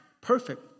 Perfect